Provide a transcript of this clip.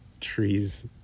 trees